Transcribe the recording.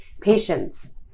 Patience